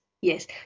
yes